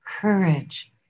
courage